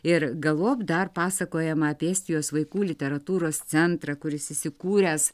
ir galop dar pasakojama apie estijos vaikų literatūros centrą kuris įsikūręs